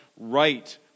right